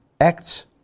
Acts